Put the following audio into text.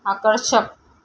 आकर्षक